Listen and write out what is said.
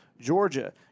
Georgia